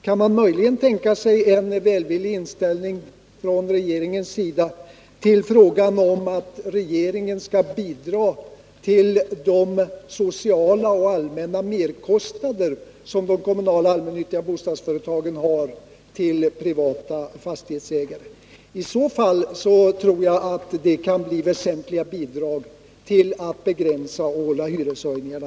Kan man möjligen tänka sig en välvillig inställning från regeringens sida tiil kravet att regeringen skall bidra till de sociala och allmänna merkostnader som de kommunala allmännyttiga bostadsföretagen har till privata fastighetsägare? Jag tror att dessa åtgärder väsentligen kan bidra till att begränsa hyreshöjningarna.